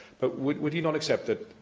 but would would he not accept that